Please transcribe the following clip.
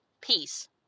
peace